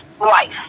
life